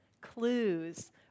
clues